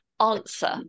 answer